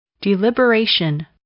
Deliberation